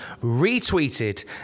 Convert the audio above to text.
retweeted